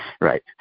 Right